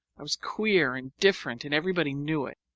i was queer and different and everybody knew it.